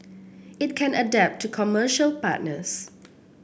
it can adapt to commercial partners